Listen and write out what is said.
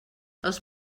els